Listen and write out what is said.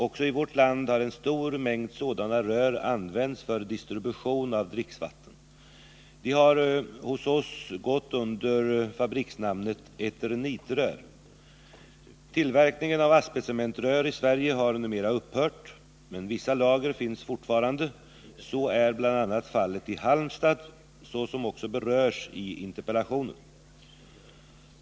Också i vårt land har en stor mängd sådana rör använts för distribution av dricksvatten. De har hos oss gått under fabriksnamnet eternitrör. Tillverkningen av asbestcementrör i Sverige har numera upphört men vissa lager finns fortfarande. Så är bl.a. fallet i Halmstad, såsom också berörs i interpellationen.